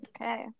Okay